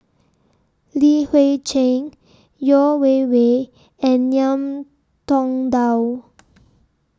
Li Hui Cheng Yeo Wei Wei and Ngiam Tong Dow